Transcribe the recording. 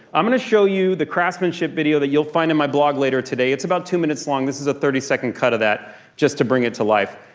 i'm gonna show you the craftsmanship video that you'll find in my blog later today. it's about two minutes long. this is a thirty second cut of that just to bring it to life.